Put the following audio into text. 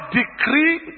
decree